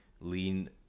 lean